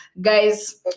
guys